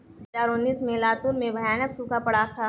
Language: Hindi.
दो हज़ार उन्नीस में लातूर में भयानक सूखा पड़ा था